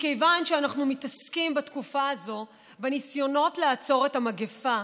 מכיוון שאנחנו מתעסקים בתקופה הזאת בניסיונות לעצור את המגפה,